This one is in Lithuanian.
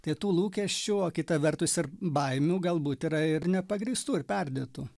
tai tų lūkesčių o kita vertus ir baimių galbūt yra ir nepagrįstų ir perdėtų